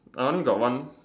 I only got one